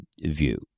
view